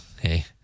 Hey